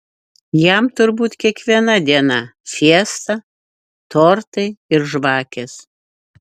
jam turbūt kiekviena diena fiesta tortai ir žvakės